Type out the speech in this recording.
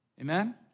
Amen